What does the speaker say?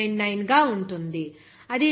999 గా ఉంటుంది అది లీటరుకు 0